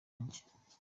wanjye